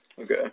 Okay